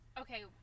Okay